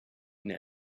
now